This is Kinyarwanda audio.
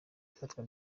ifatwa